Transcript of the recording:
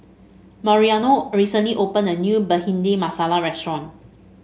Mariano recently opened a new Bhindi Masala restaurant